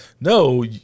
no